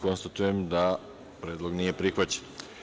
Konstatujem da predlog nije prihvaćen.